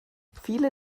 viele